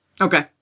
Okay